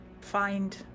find